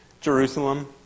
Jerusalem